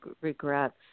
regrets